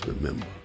remember